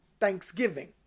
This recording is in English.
thanksgiving